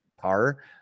power